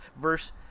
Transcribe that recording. Verse